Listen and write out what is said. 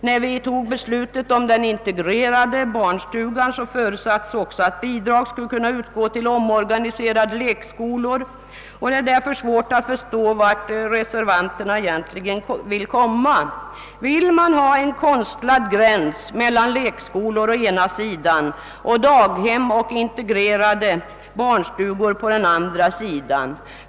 När vi fattade beslut om den integreråde. barnstugan, förutsattes också att bidrag skulle kunna utgå till omorganiserade lekskolor. Det är därför svårt att förstå vart reservanterna egentligen vill komma. Vill man ha en konstlad gräns mellan lekskolor å ena sidan och daghem och integrerade barnstugor å andra sidan?